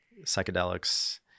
psychedelics